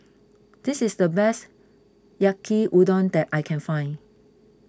this is the best Yaki Udon that I can find